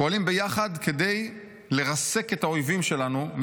פועלים ביחד כדי לרסק את האויבים שלנו,